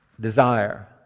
Desire